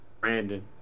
Brandon